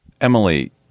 Emily